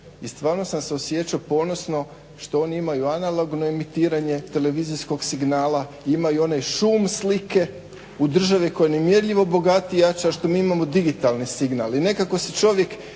i stvarno sam se osjećao ponosno što oni imaju analogno emitiranje televizijskog signala, imaju one šum slike u državi koja je nemjerljivo bogatija i jača, a što mi imamo digitalni signal.